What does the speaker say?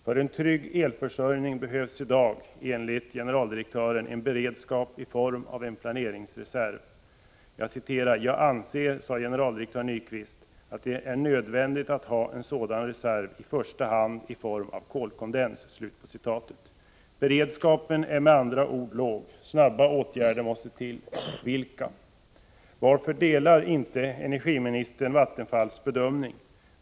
För en trygg elförsörjning behövs i dag enligt generaldirektören en beredskap i form av en planeringsreserv. Generaldirektör Nyquist sade: ”Jag anser att det är nödvändigt att ha en sådan reserv, i första hand i form av kolkondens.” Beredskapen är med andra ord låg. Snara åtgärder måste till. Vilka? Varför delar inte energiministern Vattenfalls bedömning?